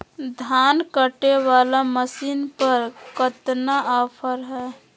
धान कटे बाला मसीन पर कतना ऑफर हाय?